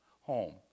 home